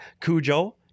Cujo